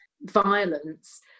violence